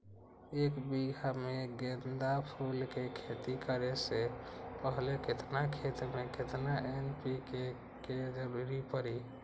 एक बीघा में गेंदा फूल के खेती करे से पहले केतना खेत में केतना एन.पी.के के जरूरत परी?